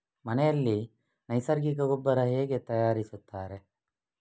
ಮನೆಯಲ್ಲಿ ನೈಸರ್ಗಿಕ ಗೊಬ್ಬರ ಹೇಗೆ ತಯಾರಿಸುತ್ತಾರೆ?